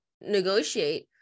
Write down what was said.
negotiate